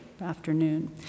afternoon